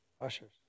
Ushers